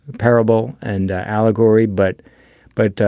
parable and ah allegory. but but.